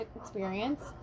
experience